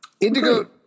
Indigo